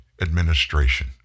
Administration